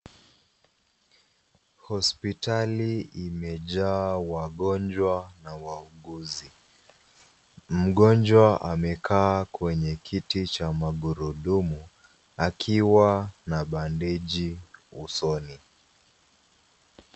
Hospitali imejaa wagonjwa na wauguzi. Mgonjwa amekaa kwenye kiti cha magurudumu akiwa na bandeji usoni.